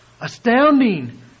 astounding